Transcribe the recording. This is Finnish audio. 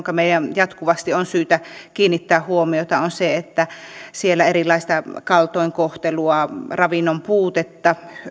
meidän jatkuvasti on syytä kiinnittää huomiota on se että siellä on erilaista kaltoinkohtelua ravinnonpuutetta